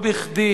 לא בכדי